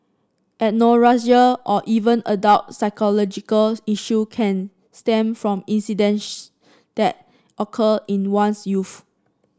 anorexia or even adult psychological issue can stem from incidence that occur in one's youth